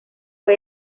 fue